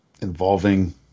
involving